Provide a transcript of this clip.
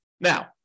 Now